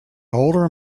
older